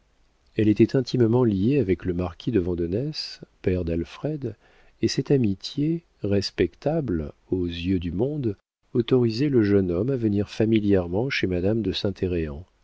elle était intimement liée avec le marquis de vandenesse père d'alfred et cette amitié respectable aux yeux du monde autorisait le jeune homme à venir familièrement chez madame de